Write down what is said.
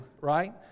right